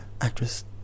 actress